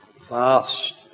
fast